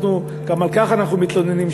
גם על כך אנחנו מתלוננים,